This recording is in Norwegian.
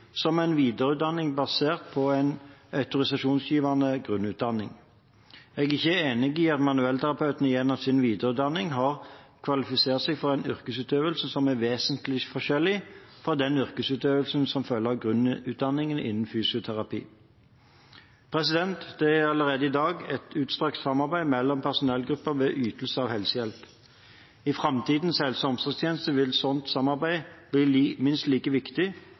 som en videreutdanning basert på en autorisasjonsgivende grunnutdanning. Jeg er ikke enig i at manuellterapeutene gjennom sin videreutdanning har kvalifisert seg for en yrkesutøvelse som er vesensforskjellig fra den yrkesutøvelsen som følger av grunnutdanningen innen fysioterapi. Det er allerede i dag et utstrakt samarbeid mellom personellgrupper ved ytelse av helsehjelp. I framtidens helse- og omsorgstjeneste vil slikt samarbeid bli minst like viktig,